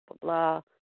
blah